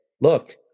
Look